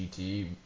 GT